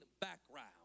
background